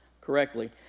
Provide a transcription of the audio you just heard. correctly